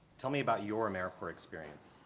tell me about your americorps experience.